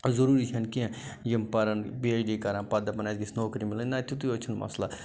ضروٗری چھَنہٕ کیٚنٛہہ یِم پَرن پی اٮ۪چ ڈی کَرن پتہٕ دَپن اَسہِ گژھ نوکری مِلٕنۍ نہ تُتٕے اوت چھپنہٕ مسلہٕ